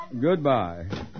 Goodbye